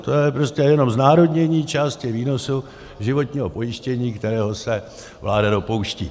To je prostě jenom znárodnění části výnosů životního pojištění, kterého se vláda dopouští.